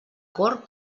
cort